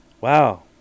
Wow